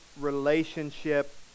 relationship